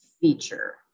feature